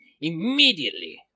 immediately